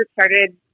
started